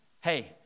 hey